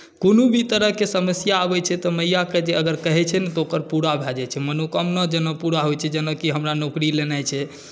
कोनो भी तरहकेँ समस्या आबैत छै तऽ मैयाकेँ जे अगर कहैत छै न तऽ ओकर पूरा भए जाइत छै मनोकामना जेना पूरा होइत छै जेनाकि हमरा नौकरी लेनाइ छै